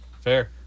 Fair